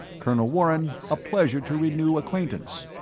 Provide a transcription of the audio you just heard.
colonel warren, a pleasure to renew acquaintance.